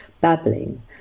babbling